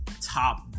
top